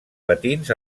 patins